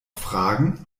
fragen